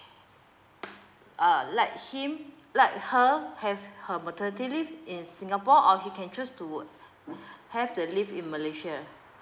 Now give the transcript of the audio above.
uh let him let her have her maternity leave in singapore or he can choose to have the leave in malaysia